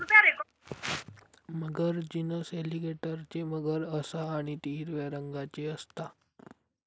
मगर genus एलीगेटरची मगर असा आणि ती हिरव्या रंगाची असता